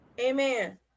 Amen